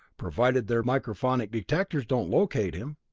provided their microphonic detectors don't locate him.